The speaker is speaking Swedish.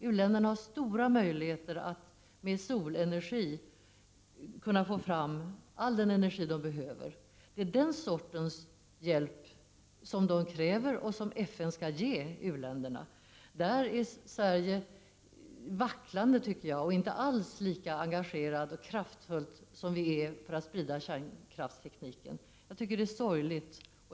U-länderna har stora möjligheter att med solenergi kunna få fram all den energi de behöver. Det är den sortens hjälp som de kräver och som FN skall ge u-länderna. Där är Sverige vacklande och inte alls lika engagerat som när det gäller att sprida kärnkraftstekniken. Det är sorgligt.